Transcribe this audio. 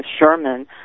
Sherman